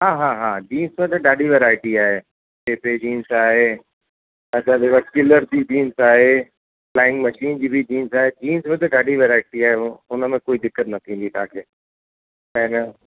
हा हा हा जींस में त ॾाढी वैराइटी आहे टी टी जींस आहे रिवर मस्कुलर जींस आहे फ़्लाइंग मशीन जी बि जींस आहे जींस में त ॾाढी वैराइटी आहे हुनमें कोई दिक़तु न थींदी तव्हांखे तव्हां हे न